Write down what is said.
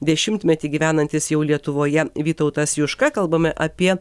dešimtmetį gyvenantis jau lietuvoje vytautas juška kalbame apie